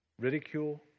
ridicule